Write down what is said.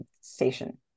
station